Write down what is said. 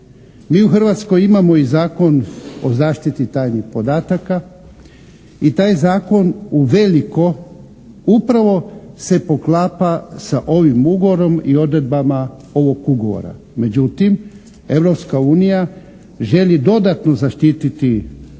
Mi u Hrvatskoj imamo i Zakon o zaštiti tajnih podataka i taj zakon u veliko, upravo se poklapa sa ovim Ugovorom i odredbama ovog Ugovora. Međutim, Europska unija želi dodatno zaštititi svoje